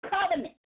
covenant